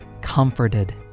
comforted